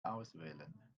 auswählen